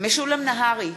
משולם נהרי,